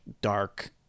dark